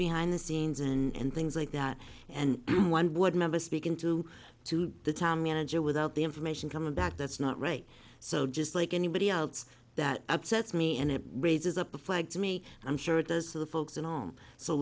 behind the scenes and things like that and one board member speaking to two the time manager without the information coming back that's not right so just like anybody else that upsets me and it raises up the flag to me i'm sure it does to the folks in him so